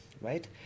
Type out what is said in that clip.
right